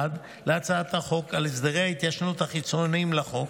להצעת החוק על הסדרי ההתיישנות החיצוניים לחוק,